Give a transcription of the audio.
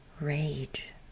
rage